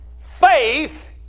Faith